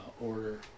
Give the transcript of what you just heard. order